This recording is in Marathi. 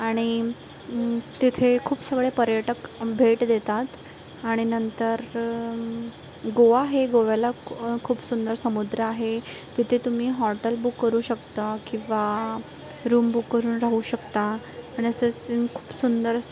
आणि तिथे खूप सगळे पर्यटक भेट देतात आणि नंतर गोवा आहे गोव्याला कु खूप सुंदर समुद्र आहे तिथे तुम्ही हॉटेल बुक करू शकता किंवा रूम बुक करून राहू शकता आणि खूप सुंदर असं